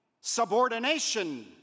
subordination